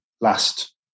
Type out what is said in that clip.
last